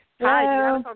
Hi